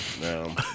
No